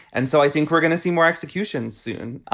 and so i think we're going to see more executions soon.